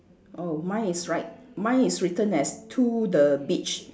oh mine is write mine is written as to the beach